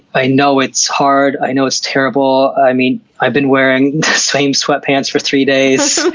i know it's hard, i know it's terrible. i mean, i've been wearing the same sweatpants for three days,